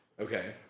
Okay